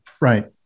Right